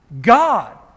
God